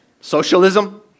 Socialism